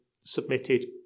submitted